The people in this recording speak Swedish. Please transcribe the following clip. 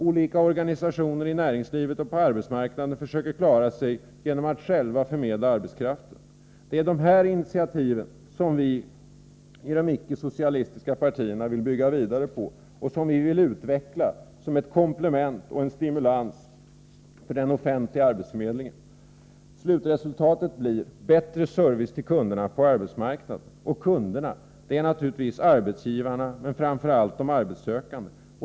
Olika organisationer i näringslivet och på arbetsmarknaden försöker klara sig genom att själva förmedla arbetskraften. Det är dessa initiativ som vi i de icke-socialistiska partierna vill bygga vidare på och utveckla som ett komplement och en stimulans för den offentliga arbetsförmedlingen. Slutresultatet blir bättre service till kunderna på arbetsmarknaden — kunderna är naturligtvis arbetsgivarna men framför allt de arbetssökande.